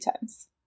times